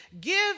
give